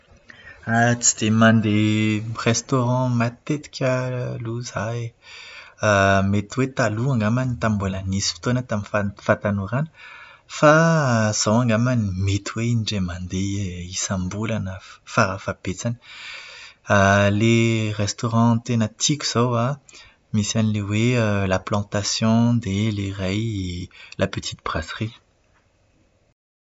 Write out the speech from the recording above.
Tsy dia mandeha "restaurant' matetika aloha zaho e. Mety hoe taloha angambany, tamin'ny mbola nisy fotoana tamin'ny fahatanorana, fa izao angamba mety hoe indray mandeha isam-bolana farafahabetsany. Ilay "restaurant" tena tiako izao an, misy an'ilay hoe "La Plantation", dia ilay ray "La Petite Brasserie".